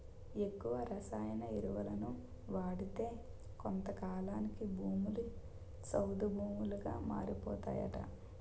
ఎక్కువ రసాయన ఎరువులను వాడితే కొంతకాలానికి భూములు సౌడు భూములుగా మారిపోతాయట